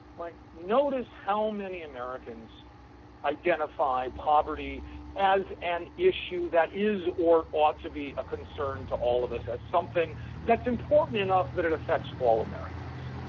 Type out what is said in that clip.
like notice how many americans identify poverty as an issue that is or ought to be a concern to all of us as something that's important enough that it affects all americans.